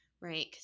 right